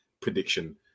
prediction